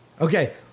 Okay